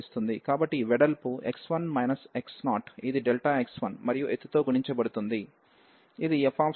కాబట్టి ఈ వెడల్పు x1 x0 ఇది x1 మరియు ఎత్తుతో గుణించబడుతుంది ఇది f